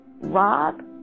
Rob